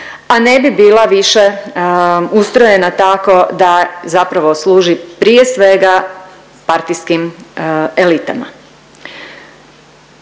a ne bi bila više ustrojena tako da zapravo služi prije svega partijskim elitama.